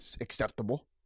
acceptable